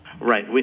Right